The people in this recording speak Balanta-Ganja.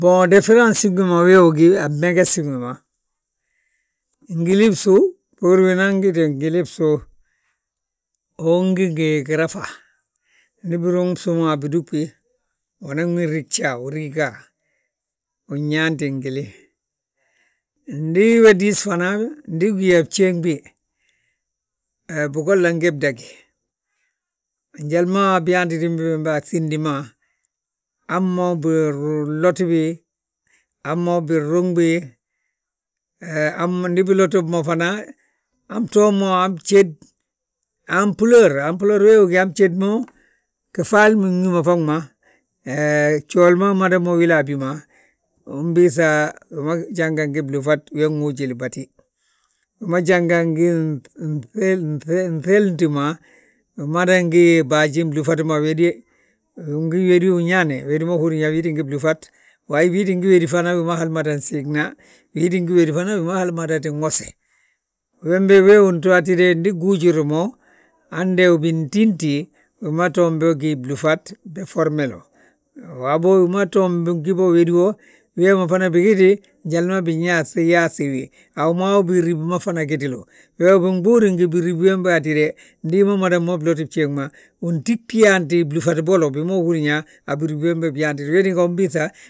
We difrans wi ma, wee ga a gimegesin wi ma, ngili bsu, bbur unan giti ngili bsu. Ungee ge girafa, ndi biruŋi bsu ma bidúɓe, unan wi rija uriiga, win yaanti ngili. Ndi we diis fana, ndu ugí yaa bjéŋ bi, bigolla ngee bdagí, njali ma biyaantitim bi bembe a bsíndi ma. Hamma wi bilotiwi, hamma wi binruŋbi, hamma ndi biloti mo hana btoo mo han bjéd. han bjéd mo, gilin wi ma faŋ ma, gjooli ma mada mo a bi ma. Umbiiŧa wi ma njan gí blúŧat, we nwuujili batí, wi ma njan gí nŧedi ma, wi ma dan gí baajin blúŧa ma wéde. Win gí wédu uñaane wéde ma húrin yaa, wii ttin gí blúŧat, waa tti gí wédi fana wi ma hal madan siigna, wii tti gí wédi fana, wi ma hal madatin wose. Wembe wee wi nto hatide, ndi gwujuri mo, hande bintínti, wi ma to be gí blúŧat, be formelu. Waabo wi ma toon gí bo wédi wo, wee mafan bigiti njali ma binyayaaŧi wi, a wi maa wi birib ma fana gitilu, we binɓurri ngi biribi wembe hatide. Ndi himamadan mo blotin bjéŋ ma, untibi yaanti blúŧa bolo, bima húrin yaa a birib wembe byaantite, wee tinga unbiiŧa.